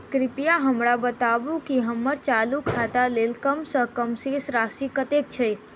कृपया हमरा बताबू की हम्मर चालू खाता लेल कम सँ कम शेष राशि कतेक छै?